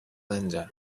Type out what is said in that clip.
linda